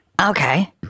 Okay